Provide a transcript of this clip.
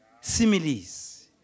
Similes